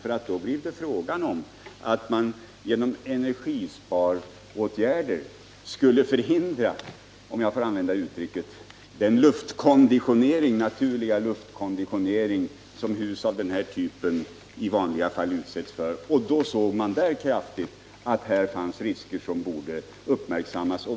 Det blev ju fråga om att man genom energisparåtgärder skulle förhindra den naturliga luftkonditionering, om jag får använda det uttrycket, som hus av den här typen i vanliga fall utsätts för. Då såg man att det fanns risker som borde uppmärksammas.